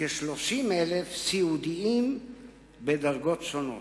כ-30,000 סיעודיים בדרגות שונות.